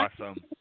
awesome